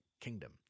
kingdom